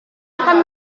akan